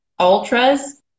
Ultras